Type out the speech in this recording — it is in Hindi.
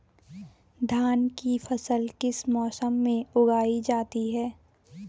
धान की फसल किस मौसम में उगाई जाती है?